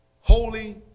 holy